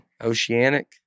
oceanic